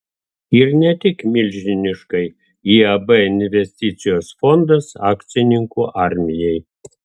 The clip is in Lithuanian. ir ne tik milžiniškai iab investicijos fondas akcininkų armijai